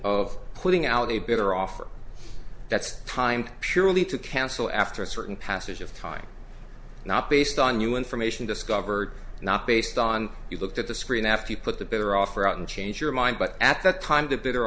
of putting out a better offer that's timed surely to cancel after a certain passage of time not based on new information discovered not based on you looked at the screen after you put the bitter offer out and change your mind but at that time to better